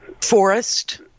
Forest